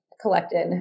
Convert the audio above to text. collected